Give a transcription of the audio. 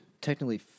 technically